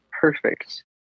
perfect